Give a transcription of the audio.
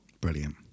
Brilliant